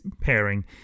pairing